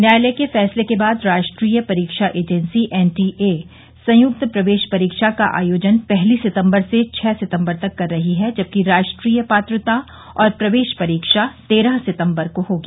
न्यायालय के फैसले के बाद राष्ट्रीय परीक्षा एजेंसी एनटीए संयुक्त प्रवेश परीक्षा का आयोजन पहली सितम्बर से छह सितम्बर तक कर रही है जबकि राष्ट्रीय पात्रता और प्रवेश परीक्षा तेरह सितम्बर को होगी